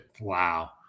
Wow